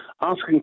asking